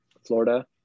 Florida